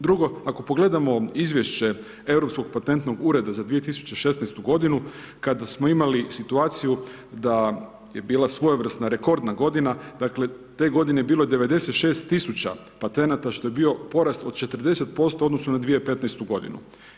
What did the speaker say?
Drugo, ako pogledamo izvješće Europskog patentnog ureda za 2016. godinu kada smo imali situaciju da je bila svojevrsna rekordna godina dakle te godine je bilo 96000 patenata što je bio porast od 40% u odnosu na 2015. godinu.